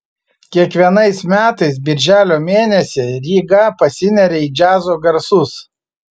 kiekvienais metais birželio mėnesį ryga pasineria į džiazo garsus